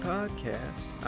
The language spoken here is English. Podcast